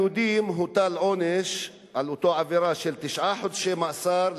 על היהודים הוטל עונש של תשעה חודשי מאסר,